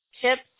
Chips